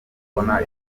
imodoka